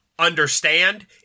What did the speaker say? Understand